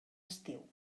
estiu